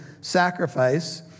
sacrifice